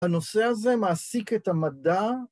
‫הנושא הזה מעסיק את המדע.